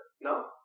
no